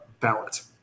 ballot